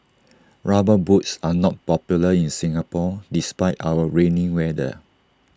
rubber boots are not popular in Singapore despite our rainy weather